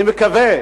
אני מקווה,